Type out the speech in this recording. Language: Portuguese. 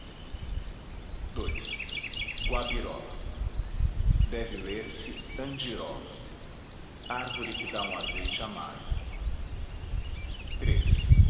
ii guabiroba deve ler-se andiroba árvore que dá um azeite amargo